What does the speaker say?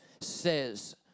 says